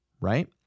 right